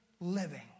living